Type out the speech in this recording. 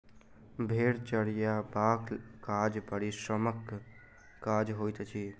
भेंड़ चरयबाक काज परिश्रमक काज होइत छै